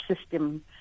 system